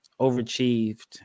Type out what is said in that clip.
overachieved